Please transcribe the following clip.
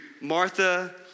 Martha